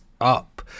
up